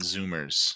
Zoomers